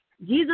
Jesus